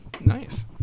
Nice